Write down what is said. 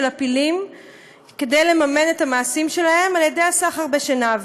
הפילים כדי לממן את המעשים שלהן על ידי הסחר בשנהב.